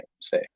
say